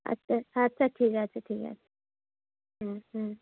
আচ্ছা আচ্ছা ঠিক আছে ঠিক আছে হ্যাঁ হ্যাঁ